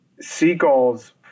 seagulls